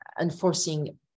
enforcing